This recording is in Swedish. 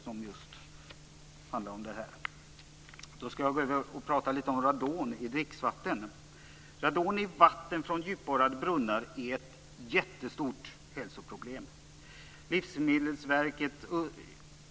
Jag skall nu gå över till att tala litet grand om radon i dricksvatten. Radon i vatten från djupborrade brunnar är ett jättestort hälsoproblem.